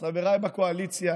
אז חבריי בקואליציה,